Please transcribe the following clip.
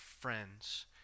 friends